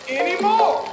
anymore